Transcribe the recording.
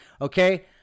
Okay